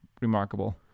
remarkable